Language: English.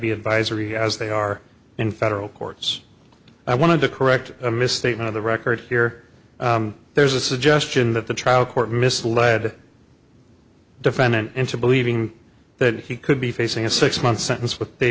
be advisory as they are in federal courts i want to correct a misstatement of the record here there's a suggestion that the trial court misled defendant into believing that he could be facing a six month sentence with pay